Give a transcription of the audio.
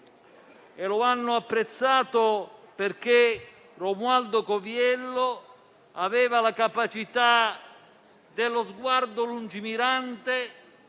e lo hanno apprezzato. Romualdo Coviello aveva la capacità dello sguardo lungimirante